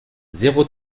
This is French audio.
zéro